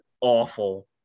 awful